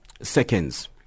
seconds